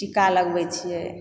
टीका लगबै छियै